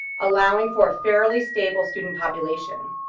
allowing for a fairly stable student population.